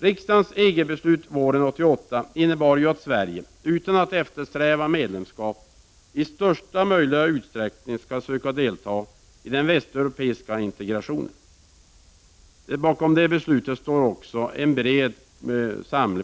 Riksdagens EG-beslut våren 1988 innebär att Sverige, utan att eftersträva medlemskap, i största möjliga utsträckning skall söka delta i den västeuropeiska integrationen. Bakom det beslutet står en bred